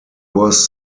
was